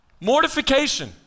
Mortification